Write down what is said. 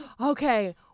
okay